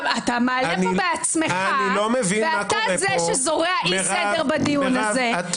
אתה מעלה פה בעצמך ואתה זה שזורע אי סדר בדיון הזה כי